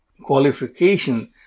qualifications